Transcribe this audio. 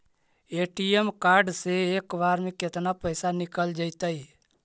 ATM card से एक बार में केतना पैसा निकल जइतै?